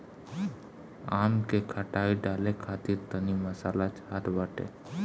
आम के खटाई डाले खातिर तनी मसाला चाहत बाटे